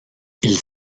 ils